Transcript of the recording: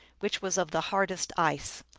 which was of the hardest ice.